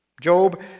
Job